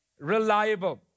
reliable